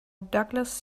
douglas